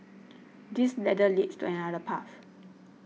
this ladder leads to another path